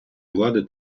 влади